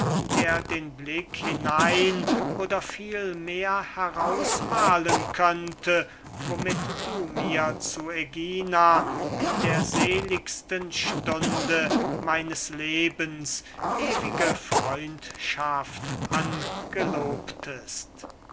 der den blick hinein oder vielmehr heraus mahlen könnte womit du mir zu ägina in der seligsten stunde meines lebens ewige freundschaft angelobtest